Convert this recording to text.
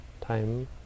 time